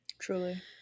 Truly